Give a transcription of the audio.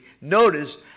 notice